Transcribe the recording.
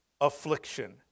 affliction